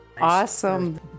awesome